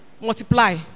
multiply